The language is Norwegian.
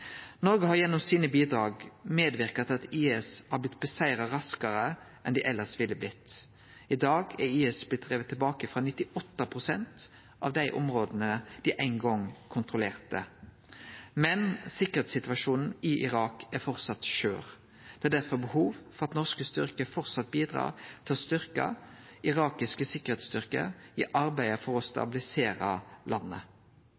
Noreg har gjennom sine bidrag medverka til at IS har blitt sigra over raskare enn dei elles ville blitt. I dag er IS blitt drivne tilbake frå 98 pst. av dei områda dei ein gong kontrollerte. Men sikkerheitssituasjonen i Irak er framleis skjør. Det er difor behov for at norske styrkar framleis bidrar til å styrkje irakiske sikkerheitsstyrkar i arbeidet for å stabilisere landet.